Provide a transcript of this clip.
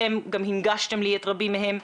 אתם גם הנגשתם לי רבים מהם.